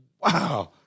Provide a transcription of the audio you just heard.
Wow